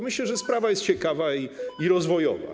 Myślę, że sprawa jest ciekawa i rozwojowa.